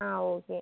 ആ ഓക്കെ